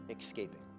escaping